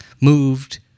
moved